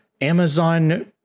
Amazon